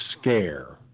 scare